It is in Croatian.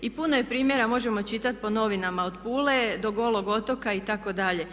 I puno je primjera, možemo čitati po novinama, od Pule do Golog otoka itd.